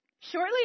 shortly